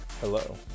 hello